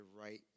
right